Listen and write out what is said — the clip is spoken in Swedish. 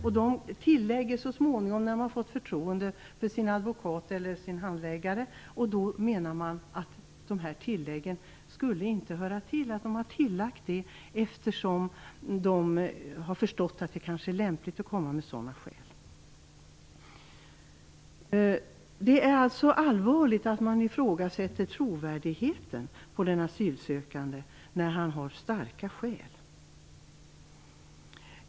De gör så småningom tillägg när de har fått förtroende för sin advokat eller sin handläggare. Då menar man att tilläggen inte skulle höra till, att de har gjort dem eftersom de har förstått att det kanske är lämpligt att komma med sådana skäl. Det är allvarligt att man ifrågasätter den asylsökandes trovärdighet när han har starka skäl.